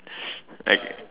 like